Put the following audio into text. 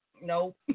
Nope